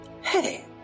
Hey